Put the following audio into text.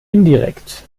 indirekt